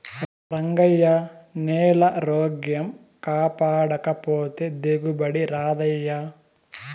రంగయ్యా, నేలారోగ్యం కాపాడకపోతే దిగుబడి రాదయ్యా